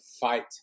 fight